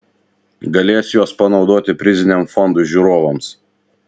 galės juos panaudoti priziniam fondui žiūrovams